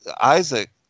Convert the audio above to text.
Isaac